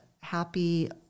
happy